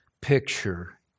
picture